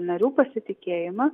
narių pasitikėjimą